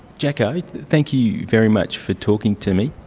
jacko, thank you very much for talking to me.